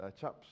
chaps